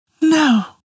No